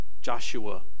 Joshua